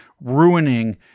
ruining